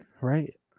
right